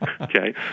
Okay